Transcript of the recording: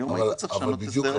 היום היית צריך לשנות את הסדר הקבע.